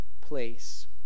place